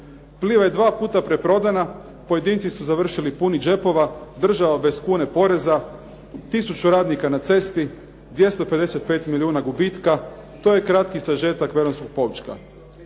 Pliva je dva puta preprodana, pojedinci su završili puni džepova, država bez kune poreza, tisuću radnika na cesti, 255 milijuna gubitka. To je kratki sažetak veronskog poučka.